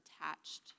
attached